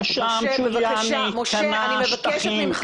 אבל שם ג'וליאני קנה שטחים,